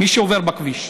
של מי שעובר בכביש.